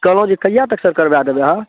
कहलहुँ जे कहिआ तक सर करबाय देबै अहाँ